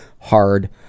hard